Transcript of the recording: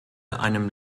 einem